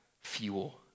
fuel